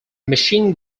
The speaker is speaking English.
machine